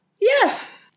Yes